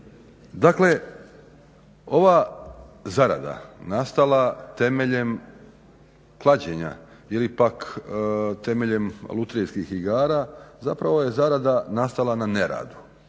Dakle, ova zarada nastala temeljem klađenja ili pak temeljem lutrijskih igara zapravo je zarada nastala na neradu,